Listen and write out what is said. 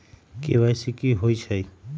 KYC कि होई छई?